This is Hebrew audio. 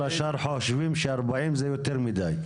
כל השאר חושבים שארבעים זה יותר מדי.